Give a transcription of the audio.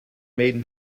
maiden